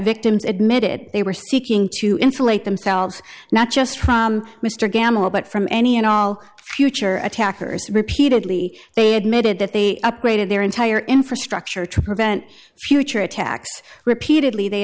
victims admitted they were seeking to insulate themselves not just from mr gammell but from any and all future attackers repeatedly they admitted that they upgraded their entire infrastructure to prevent future attacks repeatedly they